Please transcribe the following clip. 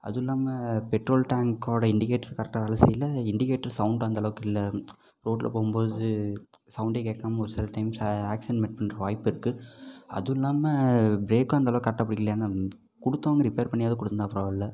அதுவும் இல்லாமல் பெட்ரோல் டேங்கோட இண்டிகேட்ரு கரெக்டாக வேலை செய்யல இண்டிகேட்ரு சவுண்டு அந்த அளவுக்கு இல்லை ரோட்டில் போகும் போது சவுண்டே கேட்காம ஒரு சில டைம் ச ஆக்சிடென்ட் மேக் பண்ணுற வாய்ப்பு இருக்கு அதுவும் இல்லாமல் பிரேக்கும் அந்த அளவுக்கு கரெக்டாக பிடிக்கில ஏன்னா கொடுத்தவங்க ரிப்பேர் பண்ணியாது கொடுத்துருந்தா பரவால்ல